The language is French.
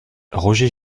roger